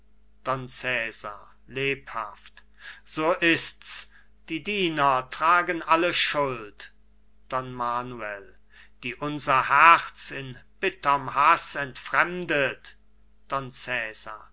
cesar lebhaft so ist's die diener tragen alle schuld don manuel die unser herz in bitterm haß entfremdet